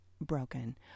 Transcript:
broken